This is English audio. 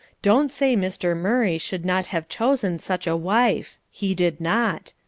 don't say mr. murray should not have chosen such a wife. he did not.